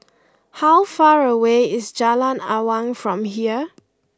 how far away is Jalan Awang from here